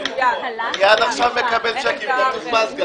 --- אני עד עכשיו מקבלים צ'קים, כתוב פזגז.